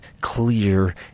clear